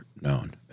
known